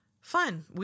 Fun